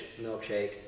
milkshake